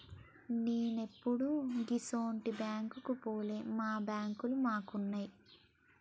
నేనెప్పుడూ ఇసుంటి బాంకుకు పోలే, మా బాంకులు మాకున్నయ్